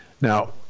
Now